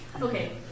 Okay